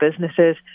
businesses